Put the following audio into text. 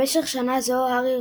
במשך שנה זו הארי,